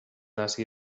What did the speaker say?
hasi